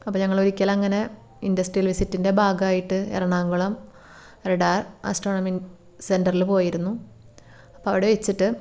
അപ്പം ഞങ്ങൾ ഒരിക്കലങ്ങനെ ഇൻഡസ്ട്രിയൽ വിസിറ്റിൻ്റെ ഭാഗമായിട്ട് എറണാകുളം റെഡാർ ആസ്ട്രോണമി സെൻ്ററിൽ പോയിരുന്നു അപ്പം അവിടെ വെച്ചിട്ട്